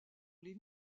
les